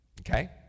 Okay